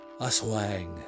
Aswang